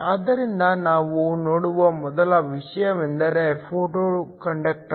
ಆದ್ದರಿಂದ ನಾವು ನೋಡುವ ಮೊದಲ ವಿಷಯವೆಂದರೆ ಫೋಟೋ ಕಂಡಕ್ಟರ್